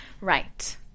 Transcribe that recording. Right